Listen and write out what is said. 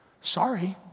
Sorry